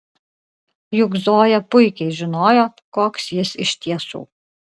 juk zoja puikiai žinojo koks jis iš tiesų